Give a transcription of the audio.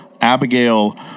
Abigail